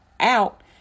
Out